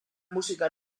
musika